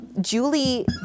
Julie